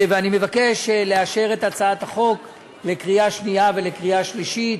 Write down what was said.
ואני מבקש לאשר את הצעת החוק בקריאה שנייה ובקריאה שלישית.